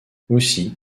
aussi